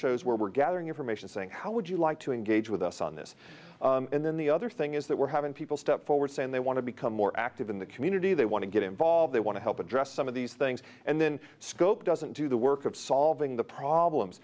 shows where we're gathering information saying how would you like to engage with us on this and then the other thing is that we're having people step forward saying they want to become more active in the community they want to get involved they want to help address some of these things and then scope doesn't do the work of solving the problems